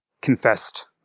confessed